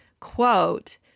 quote